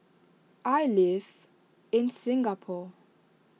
I live in Singapore